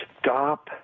Stop